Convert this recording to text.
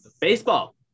Baseball